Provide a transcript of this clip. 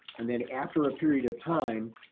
and then after a period of time,